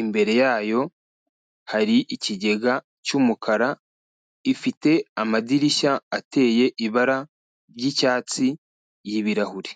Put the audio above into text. Imbere yayo hari ikigega cy'umukara, ifite amadirishya ateye ibara ry'icyatsi y'ibirahuri.